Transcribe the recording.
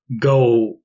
go